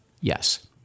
Yes